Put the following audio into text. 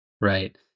Right